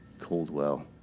Coldwell